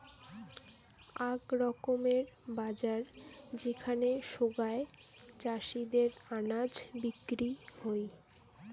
আক রকমের বাজার যেখানে সোগায় চাষীদের আনাজ বিক্রি হউ